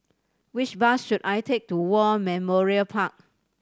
which bus should I take to War Memorial Park